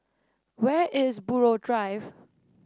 where is Buroh Drive